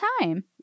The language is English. time